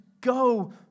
go